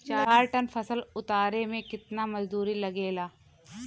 चार टन फसल उतारे में कितना मजदूरी लागेला?